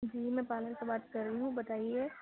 جی میں پارلر سے بات کر رہی ہوں بتائیے